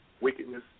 wickedness